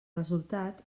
resultat